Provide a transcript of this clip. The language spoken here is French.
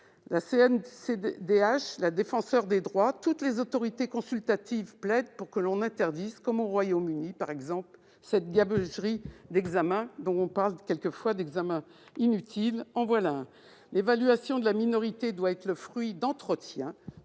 (CNCDH), la Défenseure des droits et toutes les autorités consultatives plaident pour que l'on interdise, comme au Royaume-Uni, cette gabegie d'examens. On parle quelquefois d'examens inutiles. En voici un ! L'évaluation de la minorité doit être le fruit d'entretiens